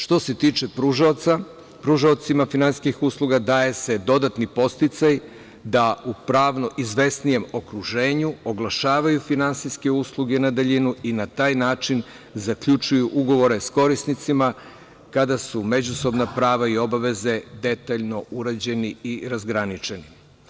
Što se tiče pružaoca, pružaocima finansijskih usluga daje se dodatni podsticaj da u pravno izvesnijem okruženju oglašavaju finansijske usluge na daljinu i na taj način zaključuju ugovore sa korisnicima kada su međusobna prava i obaveze detaljno urađeni i razgraničeni.